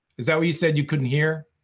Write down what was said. is that what you said, you couldn't hear?